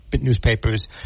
newspapers